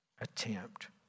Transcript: attempt